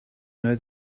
know